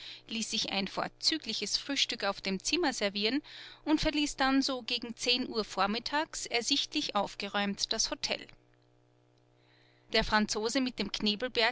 ließ sich ein vorzügliches frühstück auf dem zimmer servieren und verließ dann so gegen zehn uhr vormittags ersichtlich aufgeräumt das hotel der franzose mit dem